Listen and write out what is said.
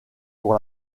pour